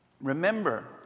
Remember